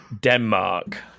Denmark